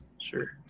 Sure